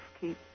keep